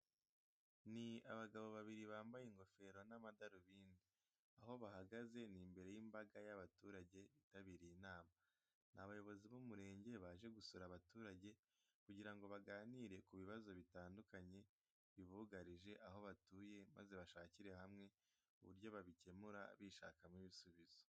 Ni abagabo babiri bambaye ingofero n'amadarubindi, aho bahagaze imbere y'imbaga y'abaturage bitabiriye inama. Ni abayobozi b'umurenge baje gusura abaturage kugira ngo baganire ku bibazo bitandukanye bibugarije aho batuye maze bashakire hamwe uburyo babikemura bishakamo ibisubizo.